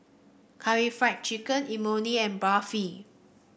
Karaage Fried Chicken Imoni and Barfi